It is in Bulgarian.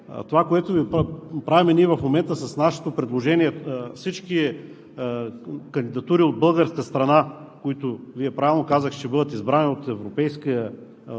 Това, което правим в момента с нашето предложение – всички кандидатури от българска страна, които Вие правилно казахте, че ще бъдат избрани от европейския